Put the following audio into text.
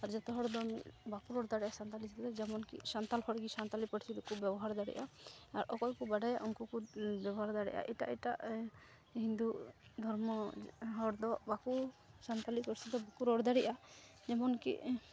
ᱟᱨ ᱡᱚᱛᱚ ᱦᱚᱲᱫᱚ ᱵᱟᱠᱚ ᱨᱚᱲ ᱫᱟᱲᱮᱜᱼᱟ ᱥᱟᱱᱛᱟᱞᱤ ᱛᱮᱫᱚ ᱡᱮᱢᱚᱱᱠᱤ ᱥᱟᱱᱛᱟᱞ ᱦᱚᱲᱜᱮ ᱥᱟᱱᱛᱟᱞᱤ ᱯᱟᱹᱨᱥᱤ ᱫᱚᱠᱚ ᱵᱮᱵᱷᱟᱨ ᱫᱟᱲᱮᱜᱼᱟ ᱟᱨ ᱚᱠᱚᱭᱠᱚ ᱵᱟᱰᱟᱭᱟ ᱩᱱᱠᱩᱠᱚ ᱵᱮᱵᱚᱦᱟᱨ ᱫᱟᱲᱮᱜᱼᱟ ᱮᱴᱟᱜ ᱮᱴᱟᱜ ᱦᱤᱱᱫᱩ ᱫᱷᱚᱨᱢᱚ ᱦᱚᱲᱫᱚ ᱵᱟᱠᱚ ᱥᱟᱱᱛᱟᱞᱤ ᱯᱟᱹᱨᱥᱤᱫᱚ ᱵᱟᱠᱚ ᱨᱚᱲ ᱫᱟᱲᱮᱜᱼᱟ ᱡᱮᱢᱚᱱᱠᱤ